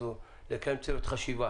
לקיים צוות חשיבה